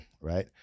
right